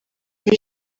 muri